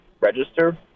register